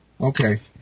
Okay